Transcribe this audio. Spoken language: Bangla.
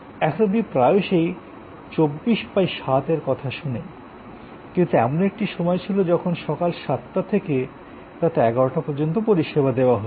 এখন আপনি প্রায়শই ২৪ x ৭ এর কথা শোনেন কিন্তু এমন একটি সময় ছিল যখন সকাল 7 টা থেকে রাত 11 টা পর্যন্ত পরিষেবা দেওয়া হত